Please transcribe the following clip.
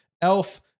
elf